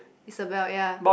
Isabelle ya